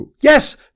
Yes